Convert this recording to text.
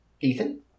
Ethan